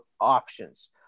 options